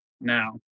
now